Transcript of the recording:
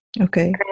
Okay